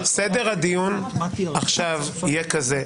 רבותיי, סדר הדיון עכשיו יהיה כזה.